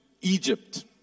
Egypt